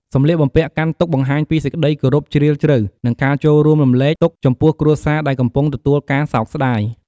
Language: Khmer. សម្លៀកបំពាក់កាន់ទុក្ខបង្ហាញពីសេចក្ដីគោរពជ្រាលជ្រៅ និងការចូលរួមរំលែកទុក្ខចំពោះគ្រួសារដែលកំពុងទទួលការសោកស្តាយ។